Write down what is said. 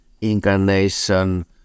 incarnation